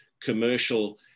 commercial